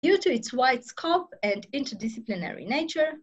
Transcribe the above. ‫due to it's wide scope and interdisciplinary nature